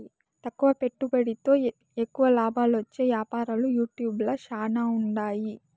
తక్కువ పెట్టుబడితో ఎక్కువ లాబాలొచ్చే యాపారాలు యూట్యూబ్ ల శానా ఉండాయి